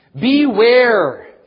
Beware